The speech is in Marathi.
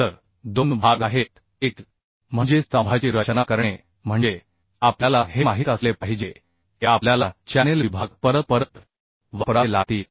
तर दोन भाग आहेत एक म्हणजे स्तंभाची रचना करणे म्हणजे आपल्याला हे माहित असले पाहिजे की आपल्याला चॅनेल विभाग परत परत वापरावे लागतील